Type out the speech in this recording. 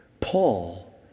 Paul